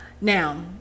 Now